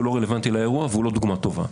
לא רלוונטי לאירוע והוא לא דוגמה טובה.